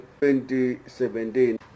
2017